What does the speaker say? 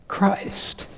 Christ